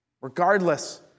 Regardless